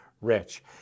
rich